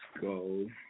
go